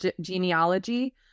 genealogy